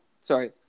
sorry